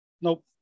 Nope